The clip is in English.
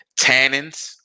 tannins